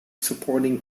supporting